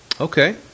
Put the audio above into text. Okay